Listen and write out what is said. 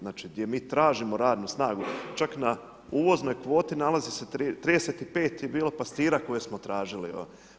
Znači, gdje mi tražimo radnu snagu, čak na uvoznoj kvoti nalazi se, 35 je bilo pastira koje smo tražili, evo.